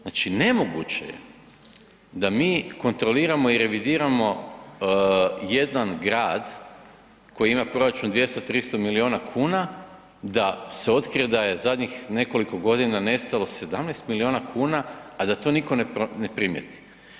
Znači nemoguće je da mi kontroliramo i revidiramo jedan grad koji ima proračun 200, 300 milijuna kuna da se otkrije da je zadnjih nekoliko godina nestalo 17 milijuna kuna, a da to nitko ne primjeri.